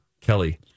Kelly